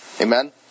Amen